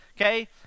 okay